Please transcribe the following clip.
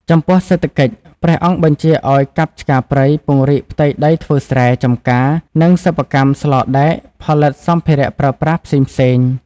ចំពោះសេដ្ឋកិច្ច ព្រះអង្គបញ្ជាឱ្យកាប់ឆ្ការព្រៃ ពង្រីកផ្ទៃដីធ្វើស្រែ ចំការ និងសិប្បកម្មស្លដែកផលិតសម្ភារៈប្រើប្រាស់ផ្សេងៗ។